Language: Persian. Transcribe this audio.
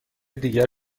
دیگر